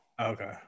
Okay